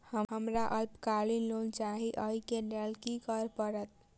हमरा अल्पकालिक लोन चाहि अई केँ लेल की करऽ पड़त?